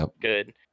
good